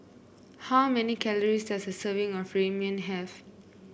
how many calories does a serving of Ramyeon have